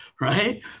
right